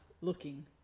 looking